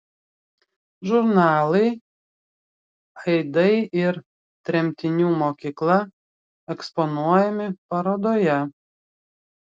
žurnalai aidai ir tremtinių mokykla eksponuojami parodoje